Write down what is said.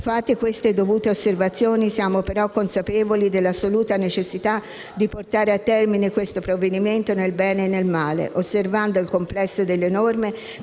Fatte queste dovute osservazioni, siamo però consapevoli dell'assoluta necessità di portare a termine questo provvedimento nel bene e nel male, osservando il complesso delle norme